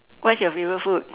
what's your favourite food